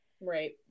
Right